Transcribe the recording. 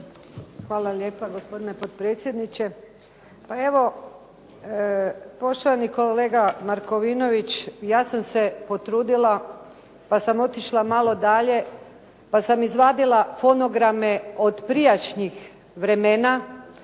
Hvala lijepa gospodine potpredsjedniče. Pa evo, poštovani kolega Markovinović ja sam se potrudila pa sam otišla malo dalje, pa sam izvadila fonograme od prijašnjih vremena